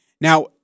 Now